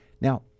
Now